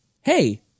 Hey